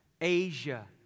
Asia